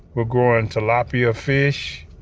we're growing tilapia fish.